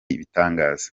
ibitangaza